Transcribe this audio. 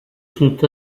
sont